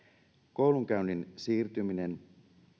koulunkäynnin siirtyminen